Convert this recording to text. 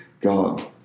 God